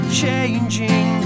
changing